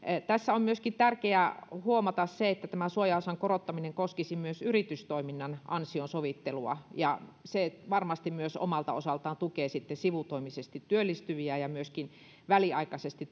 tässä on tärkeää huomata myöskin se että tämä suojaosan korottaminen koskisi myös yritystoiminnan ansion sovittelua ja se varmasti myös omalta osaltaan tukee sitten sivutoimisesti työllistyviä ja myöskin väliaikaisesti